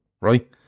right